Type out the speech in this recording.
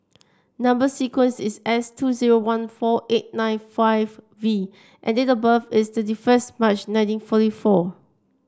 number sequence is S two zero one four eight nine five V and date of birth is thirty first March nineteen forty four